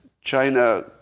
China